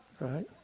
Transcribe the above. right